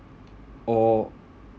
or